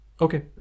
Okay